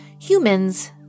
humans